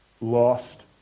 lost